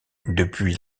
depuis